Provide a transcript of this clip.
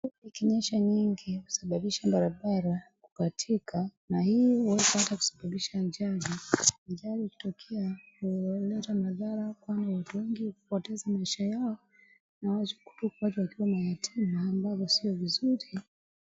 Mvua ikinyesha nyingi, husababisha barabara kukatika, na hii huweza ata kusababisha ajali. Ajali ikitokea huleta madhara kwa watu wengi kupoteza maisha yao na waeza kuachwa kuwa mayatima ambavyo sio vizuri.